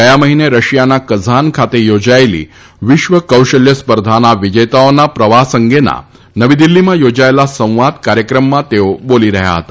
ગયા મહિને રશિયાના કઝાન ખાતે યોજાયેલી વિશ્વ કૌશલ્ય સ્પર્ધાના વિજેતાઓના પ્રવાસ અંગેના નવી દિલ્હીમાં યોજાયેલા સંવાદ કાર્યક્રમમાં તેઓ બોલી રહ્યા હતા